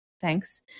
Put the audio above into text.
Thanks